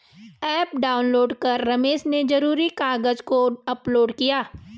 app download कर रमेश ने ज़रूरी कागज़ को अपलोड किया